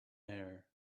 air